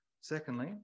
Secondly